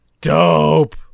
Dope